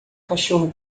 cachorro